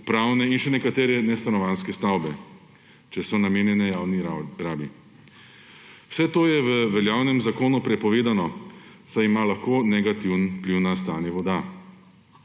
upravne in še nekatere nestanovanjske stavbe, če so namenjene javni rabi. Vse to je v veljavnem zakonu prepovedano, saj ima lahko negativni vpliv na stanje voda.